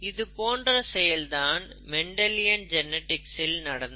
இதுபோன்ற ஒரு செயல்தான் மெண்டலியன் ஜெனிடிக்ஸ் இல் நடந்தது